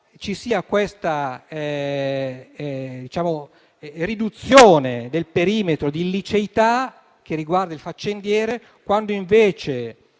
ci sia questa riduzione del perimetro di illiceità che riguarda il faccendiere, quando invece